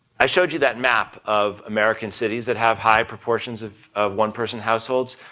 i showed you that map of american cities that have high proportions of one-person households.